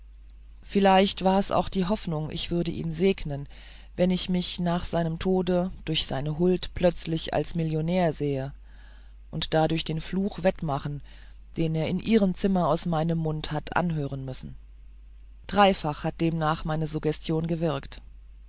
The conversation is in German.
vielleicht war's auch die hoffnung ich würde ihn segnen wenn ich mich nach seinem tode durch seine huld plötzlich als millionär sähe und dadurch den fluch wettmachen den er in ihrem zimmer aus meinem mund hat mit anhören müssen dreifach hat demnach meine suggestion gewirkt